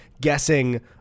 guessing